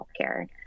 healthcare